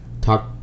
talk